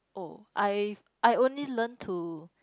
oh I I only learnt to